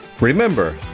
Remember